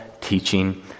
teaching